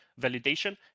validation